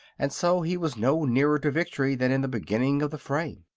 and so he was no nearer to victory than in the beginning of the fray.